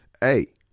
Hey